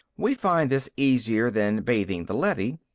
we find this easier than bathing the leady.